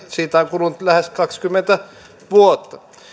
siitä on kulunut lähes kaksikymmentä vuotta